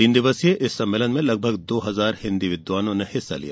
तीन दिवसीय इस सम्मेलन में लगभग दो हजार हिन्दी विद्वानों ने हिस्सा लिया